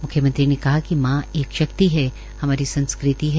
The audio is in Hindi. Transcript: म्ख्यमंत्री ने कहा कि मां एक शक्ति है हमारी संस्कृति है